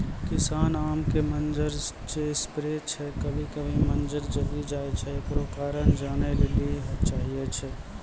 किसान आम के मंजर जे स्प्रे छैय कभी कभी मंजर जली जाय छैय, एकरो कारण जाने ली चाहेय छैय?